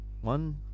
one